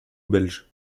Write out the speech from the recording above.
belge